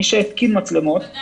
מי שהתקין מצלמות אין עניין